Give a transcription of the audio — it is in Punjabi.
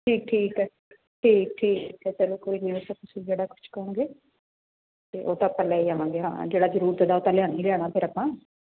ਠੀਕ ਠੀਕ ਹੈ ਠੀਕ ਠੀਕ ਹੈ ਚਲੋ ਕੋਈ ਨਹੀਂ ਉਹ ਤਾਂ ਤੁਸੀਂ ਜਿਹੜਾ ਕੁਛ ਕਹੁੰਗੇ ਅਤੇ ਉਹ ਤਾਂ ਆਪਾਂ ਲੈ ਆਵਾਂਗੇ ਹਾਂ ਜਿਹੜਾ ਜ਼ਰੂਰਤ ਦਾ ਉਹ ਤਾਂ ਲਿਆਉਣਾ ਹੀ ਲਿਆਉਣਾ ਫਿਰ ਆਪਾਂ